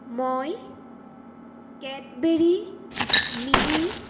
মই Cadbury mini